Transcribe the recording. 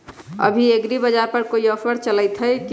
अभी एग्रीबाजार पर कोई ऑफर चलतई हई की न?